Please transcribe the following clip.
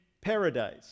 paradise